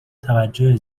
توجه